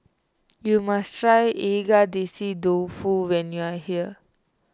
you must try Agedashi Dofu when you are here